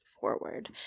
forward